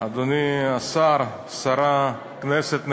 אדוני השר, שרה, כנסת נכבדה,